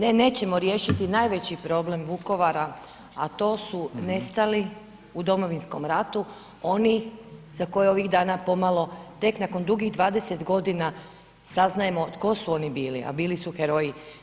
Ne, nećemo riješiti najveći problem Vukovara, a to su nestali u Domovinskom ratu, oni za koje ovih dana pomalo, tek nakon dugih 20 godina saznajemo tko su oni bili, a bili su heroji.